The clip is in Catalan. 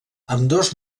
ambdós